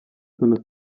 zona